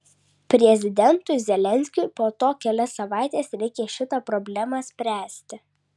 prezidentui zelenskiui po to kelias savaites reikia šitą problemą spręsti